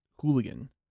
hooligan